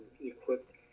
equipped